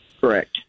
correct